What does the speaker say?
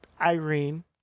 Irene